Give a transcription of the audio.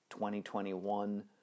2021